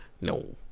No